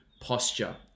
posture